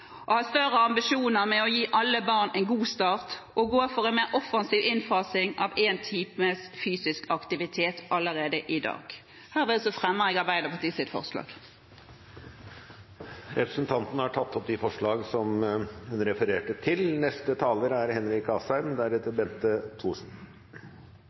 å ha større ambisjoner med å gi alle barn en god start og gå for en mer offensiv innfasing av én times fysisk aktivitet allerede i dag? Hermed fremmer jeg det forslaget Arbeiderpartiet står bak. Representanten Ruth Grung har tatt opp det forslaget som hun refererte til.